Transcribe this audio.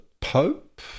Pope